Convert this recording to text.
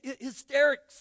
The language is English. hysterics